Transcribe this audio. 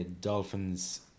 Dolphins